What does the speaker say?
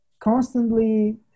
constantly